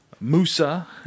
Musa